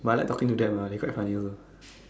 but I like talking to them lah they quite funny also